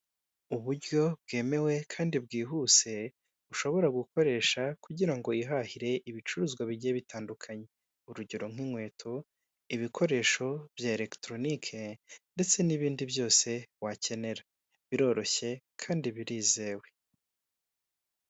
Uburyo bwemewe kandi bwihuse, ushobora gukoresha kugira ngo wihahire ibicuruzwa bigiye bitandukanye. Urugero nk'inkweto, ibikoresho bya elegitoronike ndetse n'ibindi byose wakenera, biroroshye kandi birizewe.